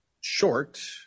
short